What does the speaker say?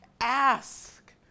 ask